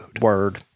Word